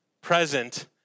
present